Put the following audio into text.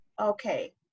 Okay